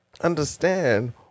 understand